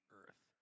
earth